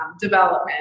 development